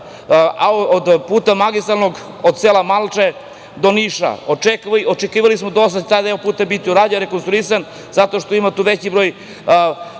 deo puta od magistralnog puta, od sela Malče do Niša. Očekivali smo da će taj deo puta biti urađen, rekonstruisan, zato što ima tu veći broj